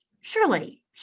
Surely